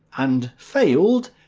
and failed,